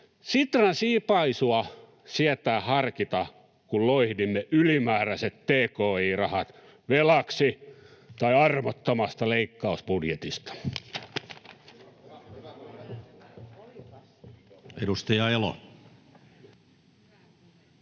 Sitran sipaisua sietää harkita, kun loihdimme ylimääräiset tki-rahat velaksi tai armottomasta leikkausbudjetista.